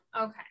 Okay